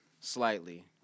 Slightly